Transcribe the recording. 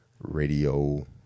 radio